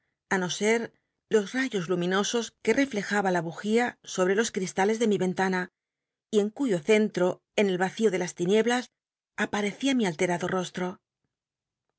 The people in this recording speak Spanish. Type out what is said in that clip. ti no ser los rayos luminosos que tcllcjaba la bujia sobre los cristales k mi rcn tana y en cuyo centro en el acio de las tinieblas ap trccia mi alterado re